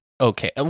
okay